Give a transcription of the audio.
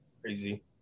Crazy